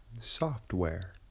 software